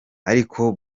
ariko